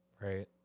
right